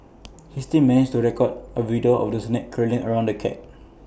he still managed to record A video of the snake curling around the cat